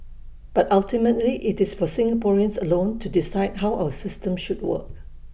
but ultimately IT is for Singaporeans alone to decide how our system should work